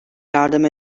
yardım